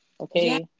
okay